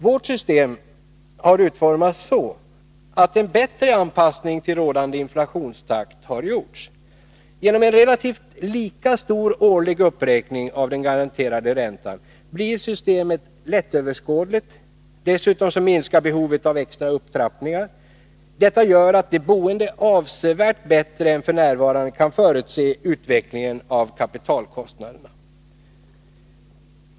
Vårt system har utformats så, att en bättre anpassning till rådande inflationstakt har åstadkommits. Genom en relativt sett lika stor årlig uppräkning av den garanterade räntan blir systemet lättöverskådligt. Dessutom minskar behovet av extra upptrappningar. Detta gör att de boende avsevärt bättre än f. n. kan förutse utvecklingen av kapitalkostnaderna.